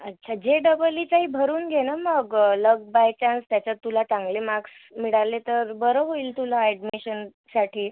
अच्छा जे डबल ईचाही भरून घे ना मग लक बाय चान्स त्याच्यात तुला चांगले मार्क्स मिळाले तर बरं होईल तुला ॲडमिशनसाठी